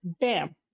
bam